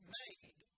made